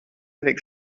avec